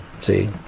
See